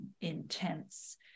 intense